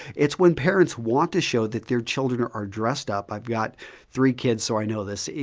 it's when parents want to show that their children are are dressed up. i've got three kids, so i know this.